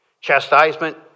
Chastisement